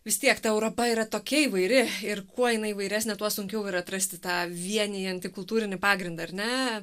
vis tiek ta europa yra tokia įvairi ir kuo jinai įvairesnė tuo sunkiau ir atrasti tą vienijantį kultūrinį pagrindą ar ne